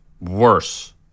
worse